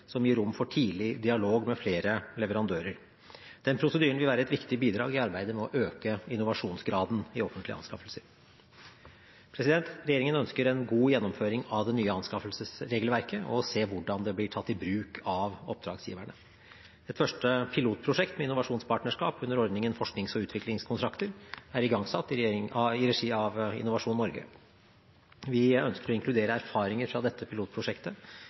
som gir rom for tidlig dialog med flere leverandører. Den prosedyren vil være et viktig bidrag i arbeidet med å øke innovasjonsgraden i offentlige anskaffelser. Regjeringen ønsker en god gjennomføring av det nye anskaffelsesregelverket og å se hvordan det blir tatt i bruk av oppdragsgiverne. Et første pilotprosjekt med innovasjonspartnerskap under ordningen Forsknings- og utviklingskontrakter er igangsatt i regi av Innovasjon Norge. Vi ønsker å inkludere erfaringer fra dette pilotprosjektet